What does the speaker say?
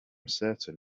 certain